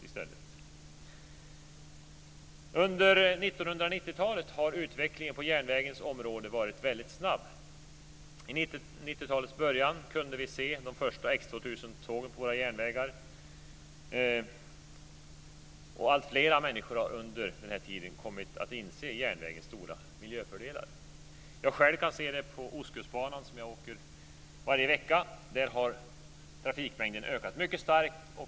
Under 1990-talet har utvecklingen på järnvägens område varit väldigt snabb. Under 90-talets början kunde vi se de första X 2000-tågen på våra järnvägar. Och alltfler har under den här tiden insett järnvägens stora miljöfördelar. Jag själv kan se det på Ostkustbanan, som jag åker varje vecka. Där har trafikmängden ökat mycket starkt.